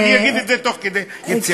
אני אגיד את זה תוך כדי יציאה.